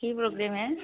কি প্ৰগ্ৰেম হে